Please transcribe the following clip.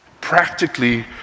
Practically